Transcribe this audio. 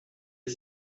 est